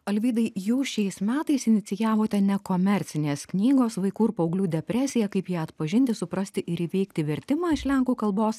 alvydai jūs šiais metais inicijavote nekomercinės knygos vaikų ir paauglių depresija kaip ją atpažinti suprasti ir įveikti vertimą iš lenkų kalbos